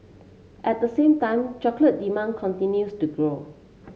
at the same time chocolate demand continues to grow